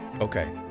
okay